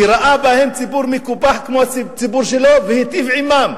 כי ראה בהם ציבור מקופח כמו הציבור שלו והיטיב עמם.